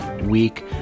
week